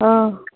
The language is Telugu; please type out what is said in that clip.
ఓ